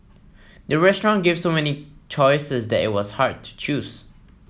the restaurant gave so many choices that it was hard to choose